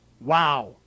Wow